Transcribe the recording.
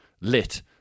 lit